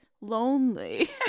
lonely